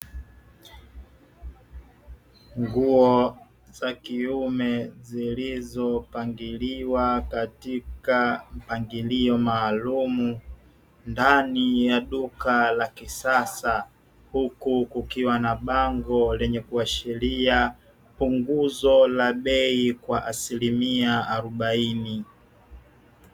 Nguo za kiume zilizopangiliwa katika mpangilio maalumu ndani ya duka la kisasa. Huku kukiwa na bango lenye kuashiria punguzo la bei kwa asilimia arobaini.